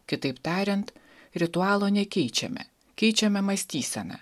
kitaip tariant ritualo nekeičiame keičiame mąstyseną